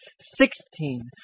Sixteen